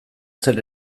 zer